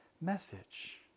message